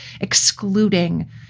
excluding